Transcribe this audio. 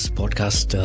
podcast